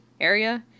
area